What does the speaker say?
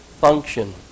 function